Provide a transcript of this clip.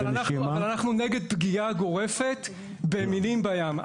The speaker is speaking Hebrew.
אבל אנחנו נגד פגיעה גורפת במינים בים.